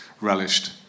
relished